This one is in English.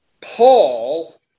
Paul